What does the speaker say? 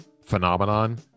phenomenon